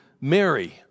Mary